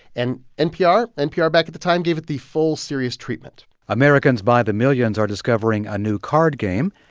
and npr npr, back at the time, gave it the full-series treatment americans by the millions are discovering a new card game.